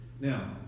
Now